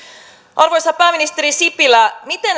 arvoisa pääministeri sipilä miten